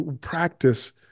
practice